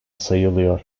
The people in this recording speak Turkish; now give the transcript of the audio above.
sayılıyor